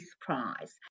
Prize